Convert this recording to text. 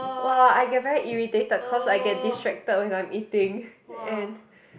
what I get very irritated cause I get distracted when I am eating and